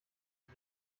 die